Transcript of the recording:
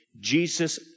Jesus